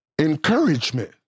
Encouragement